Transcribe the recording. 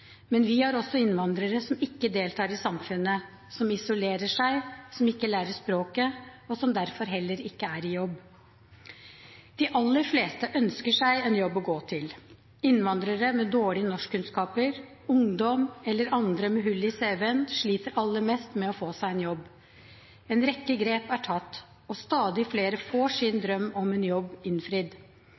Men vi har også innvandrere som ikke deltar i samfunnet, som isolerer seg, som ikke lærer språket, og som derfor heller ikke er i jobb. De aller fleste ønsker seg en jobb å gå til. Innvandrere med dårlige norskkunnskaper og ungdom eller andre med hull i CV-en sliter aller mest med å få seg en jobb. En rekke grep er tatt, og stadig flere får sin drøm om en jobb innfridd.